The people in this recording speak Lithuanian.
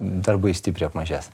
darbai stipriai apmažės